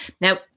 Now